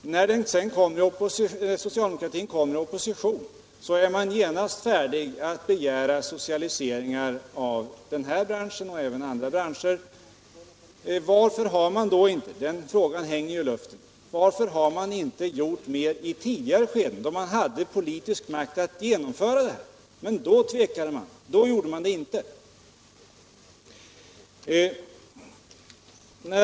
Det är då litet märkligt att socialdemokratin, när den kommer i opposition, genast är färdig att begära socialisering av denna bransch och även andra branscher. Den frågan hänger i luften: Varför har man inte gjort mer i tidigare skeden, då man hade politisk makt att genomföra socialiseringar? Då tvekade man emellertid och gjorde det inte.